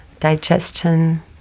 digestion